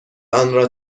آنرا